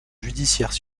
judiciaires